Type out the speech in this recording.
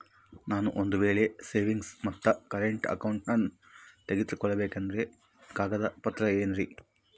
ನಾನು ಒಂದು ವೇಳೆ ಸೇವಿಂಗ್ಸ್ ಮತ್ತ ಕರೆಂಟ್ ಅಕೌಂಟನ್ನ ತೆಗಿಸಬೇಕಂದರ ಕೊಡಬೇಕಾದ ಕಾಗದ ಪತ್ರ ಏನ್ರಿ?